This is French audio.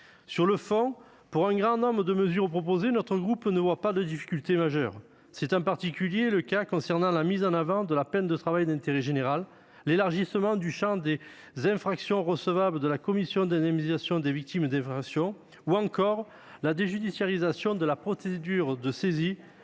Sur le fond, sur un grand nombre de mesures proposées, le groupe du RDSE ne voit pas de difficultés majeures. C'est en particulier le cas concernant la mise en avant de la peine de travail d'intérêt général, l'élargissement du champ des infractions ouvrant droit à indemnisation par la Commission d'indemnisation des victimes d'infractions ou encore la déjudiciarisation de la procédure de saisie